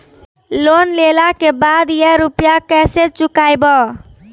Loan लेला के बाद या रुपिया केसे चुकायाबो?